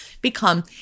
become